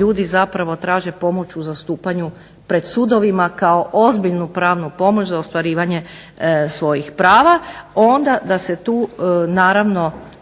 ljudi zapravo traže pomoć u zastupanju pred sudovima kao ozbiljnu pravnu pomoć za ostvarivanje svojih prava. Onda da se tu naravno